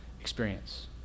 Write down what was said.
experience